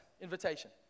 invitation